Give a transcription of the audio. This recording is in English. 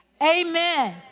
Amen